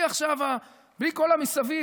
בלי כל המסביב,